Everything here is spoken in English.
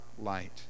light